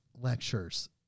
lectures